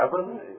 seven